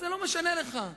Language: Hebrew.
זה לא משנה לך,